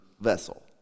vessel